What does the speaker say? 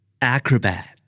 Acrobat